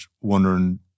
wondering